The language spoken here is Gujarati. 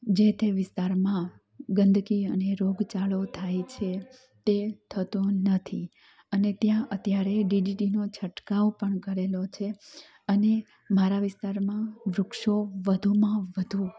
જે તે વિસ્તારમાં ગંદકી અને રોગચાળો થાય છે તે થતો નથી અને ત્યાં અત્યારે ડીડીટીનો છંટકાવ પણ કરેલો છે અને મારા વિસ્તારમાં વૃક્ષો વધુમાં વધુ